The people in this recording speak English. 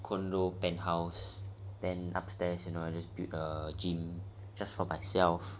condo penthouse then upstairs you know I just build a gym just for myself